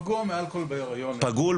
פגוע מאלכוהול בהיריון.